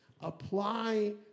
apply